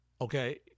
okay